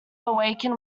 awaken